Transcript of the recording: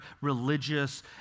religious